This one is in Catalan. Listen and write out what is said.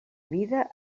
vida